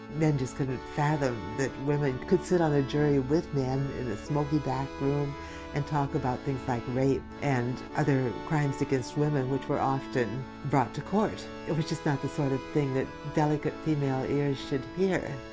men just couldn't fathom that women could sit on a jury with men, in a smoky back room and talk about things like rape and other crimes against women which were often brought to court. it was just not the sort of thing that delicate female ears should hear.